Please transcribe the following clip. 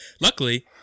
Luckily